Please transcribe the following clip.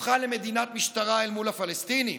הפכה למדינת משטרה אל מול הפלסטינים.